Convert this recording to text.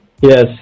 Yes